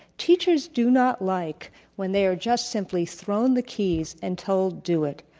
teachers do not like when they are just simply thrown the keys and told, do it.